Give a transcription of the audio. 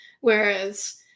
whereas